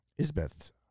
Isbeth